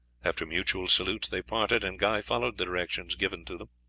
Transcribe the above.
after mutual salutes they parted, and guy followed the directions given to them.